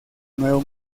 nuevo